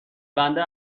بنده